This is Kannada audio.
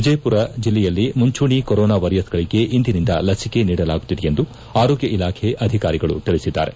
ವಿಜಯಪುರಜಿಲ್ಲೆಯಲ್ಲಿ ಮುಂಚೂಣಿ ಕೊರೊನಾ ವಾರಿಯರ್ಗಳಗೆ ಇಂದಿನಿಂದ ಲಸಿಕೆ ನೀಡಲಾಗುತ್ತಿದೆ ಎಂದು ಆರೋಗ್ಯ ಇಲಾಖೆ ಅಧಿಕಾರಿಗಳು ತಿಳಿಸಿದ್ದಾರೆ